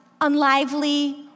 unlively